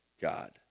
God